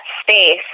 space